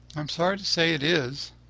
i am sorry to say it is.